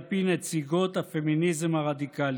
על פי נציגות הפמיניזם הרדיקלי.